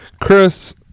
chris